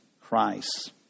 Christ